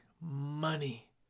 Money